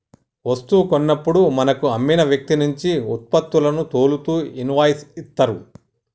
వస్తువు కొన్నప్పుడు మనకు అమ్మిన వ్యక్తినుంచి వుత్పత్తులను తెలుపుతూ ఇన్వాయిస్ ఇత్తరు